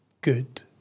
good